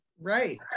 Right